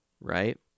right